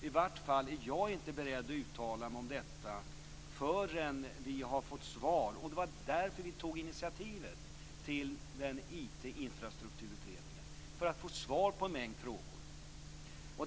I varje fall är jag inte beredd att uttala mig om detta förrän vi har fått svar på en mängd frågor, och det var för att få det som vi tog initiativ till IT infrastrukturutredningen.